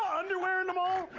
underwear in the mall?